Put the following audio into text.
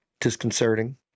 disconcerting